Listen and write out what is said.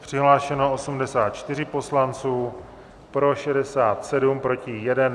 Přihlášeno 84 poslanců, pro 67, proti 1.